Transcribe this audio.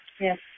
Yes